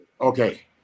Okay